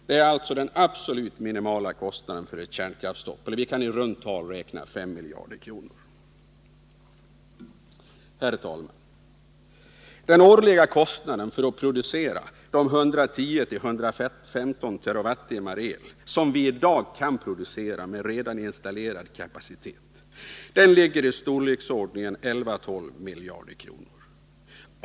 Det är alltså den absolut minimala kostnaden för ett kärnkraftsstopp. Herr talman! Den årliga kostnaden för att producera de 110-115 TWh el som vi i dag kan producera med redan installerad kapacitet ligger i storleksordningen 11-12 miljarder kronor.